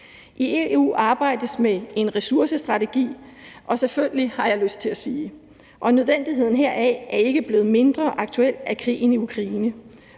EU arbejdes der med en ressourcestrategi – selvfølgelig, har jeg lyst til at sige. Nødvendigheden heraf er ikke blevet mindre aktuel af krigen i Ukraine,